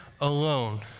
alone